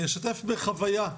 אני אשתף בחוויה,